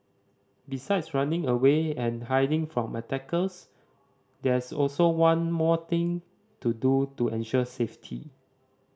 besides running away and hiding from attackers there's also one more thing to do to ensure safety